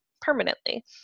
permanently